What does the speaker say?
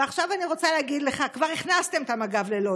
עכשיו אני רוצה להגיד לך: כבר הכנסתם את מג"ב ללוד.